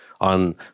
on